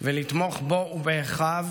ולתמוך בו ובאחיו